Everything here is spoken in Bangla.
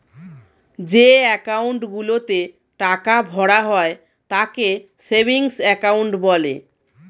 যে অ্যাকাউন্ট গুলোতে টাকা ভরা হয় তাকে সেভিংস অ্যাকাউন্ট বলে